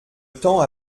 temps